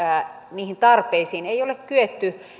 niihin tarpeisiin ei ole kyetty